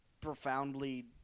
profoundly